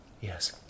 yes